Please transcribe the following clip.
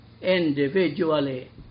individually